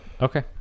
okay